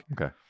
Okay